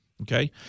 Okay